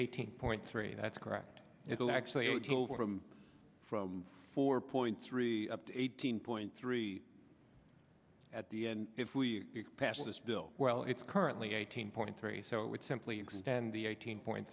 eighteen point three that's correct it will actually from four point three up to eighteen point three at the end if we pass this bill well it's currently eighteen point three so it would simply extend the eighteen point